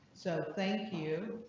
so thank you.